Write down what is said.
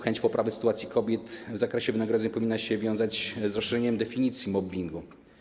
Czy chęć poprawy sytuacji kobiet w zakresie wynagrodzeń powinna się wiązać z rozszerzeniem definicji mobbingu?